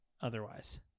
Otherwise